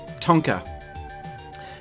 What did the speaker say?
tonka